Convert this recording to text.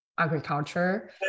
Agriculture